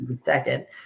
second